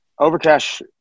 Overcash